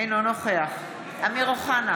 אינו נוכח אמיר אוחנה,